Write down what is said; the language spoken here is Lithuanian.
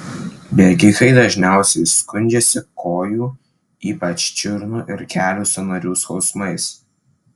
bėgikai dažniausiai skundžiasi kojų ypač čiurnų ir kelių sąnarių skausmais